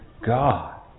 God